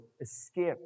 escape